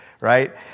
right